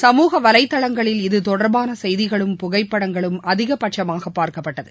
சமூக வலைதளங்களில் இத்தொடர்பான செய்திகளும் புகைப்படங்களும் அதிகபட்சமாக பார்க்கப்பட்டது